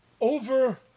over